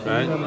Right